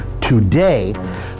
today